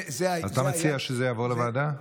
אתה מציע שזה יעבור לוועדה?